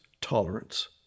tolerance